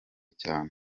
cyane